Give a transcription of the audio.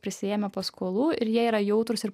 prisiėmę paskolų ir jie yra jautrūs ir